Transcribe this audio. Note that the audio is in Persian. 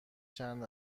چند